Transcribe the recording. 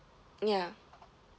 mm ya